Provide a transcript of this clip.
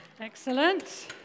Excellent